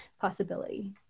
possibility